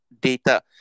Data